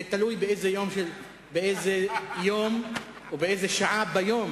תלוי באיזה יום ובאיזו שעה ביום